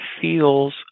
feels